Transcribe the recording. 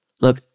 Look